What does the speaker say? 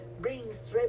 brings